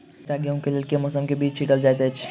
आगिता गेंहूँ कऽ लेल केँ मौसम मे बीज छिटल जाइत अछि?